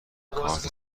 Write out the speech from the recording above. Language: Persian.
کارت